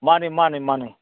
ꯃꯥꯅꯤ ꯃꯥꯅꯤ ꯃꯥꯅꯤ